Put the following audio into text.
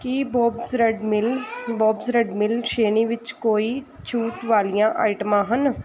ਕੀ Bob's red mill Bob's red mill ਸ਼੍ਰੇਣੀ ਵਿੱਚ ਕੋਈ ਛੂਟ ਵਾਲੀਆਂ ਆਈਟਮਾਂ ਹਨ